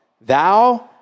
Thou